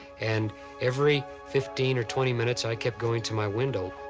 and every fifteen or twenty minutes i kept going to my window.